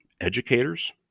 educators